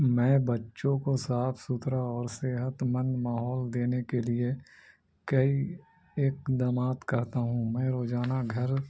میں بچوں کو صاف ستھرا اور صحت مند ماحول دینے کے لیے کئی اقدامات کرتا ہوں میں روزانہ گھر